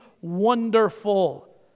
wonderful